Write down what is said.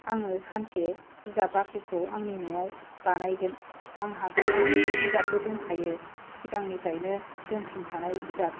आङो सानसे बिजाब बाख्रिखौ आंनि न'आव बानायगोन आंहा गोबां बिजाबबो दंखायो सिगांनिफ्रायनो दोनथुमखानाय बिजाब